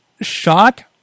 shot